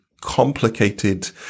complicated